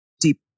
deep